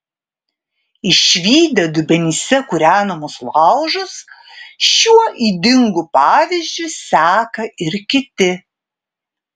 išvydę dubenyse kūrenamus laužus šiuo ydingu pavyzdžiu seka ir kiti